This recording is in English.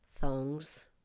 thongs